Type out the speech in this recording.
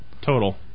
Total